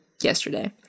yesterday